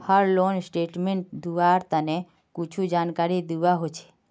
हर loan statement लुआर तने कुछु जानकारी दुआ होछे